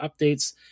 updates